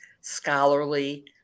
scholarly